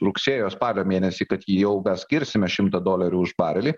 rugsėjo spalio mėnesį kad jau mes skirsime šimtą dolerių už barelį